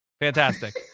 fantastic